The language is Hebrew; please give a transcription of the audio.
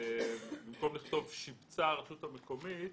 במקום לכתוב "שיבצה הרשות המקומית"